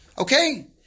Okay